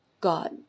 God